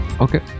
Okay